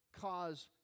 cause